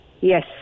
Yes